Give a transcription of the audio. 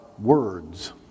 words